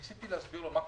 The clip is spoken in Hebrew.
וניסיתי להסביר לו מה קורה.